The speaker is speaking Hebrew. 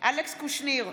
אלכס קושניר,